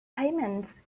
payment